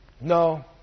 No